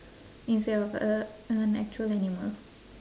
instead of a an actual animal